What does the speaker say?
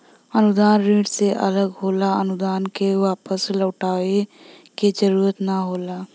अनुदान ऋण से अलग होला अनुदान क वापस लउटाये क जरुरत ना होला